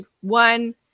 one